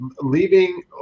leaving